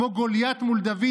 כמו גוליית מול דוד,